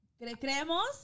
creemos